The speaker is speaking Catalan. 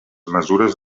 mesures